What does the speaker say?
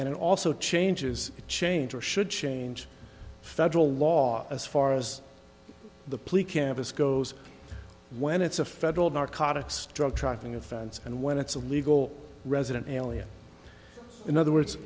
and it also changes it changes should change federal law as far as the plea campus goes when it's a federal narcotics drug trafficking offense and when it's a legal resident alien in other words